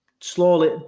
slowly